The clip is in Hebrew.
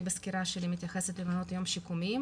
אני בסקירה שלי מתייחסת למעונות יום שיקומיים,